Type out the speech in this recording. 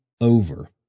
over